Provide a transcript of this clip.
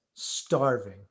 starving